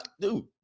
dude